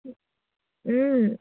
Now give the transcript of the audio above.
ও